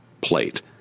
plate